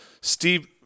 Steve –